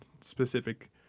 specific